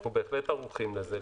אנחנו בהחלט ערוכים לזה.